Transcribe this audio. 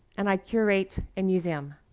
and i curate a museum.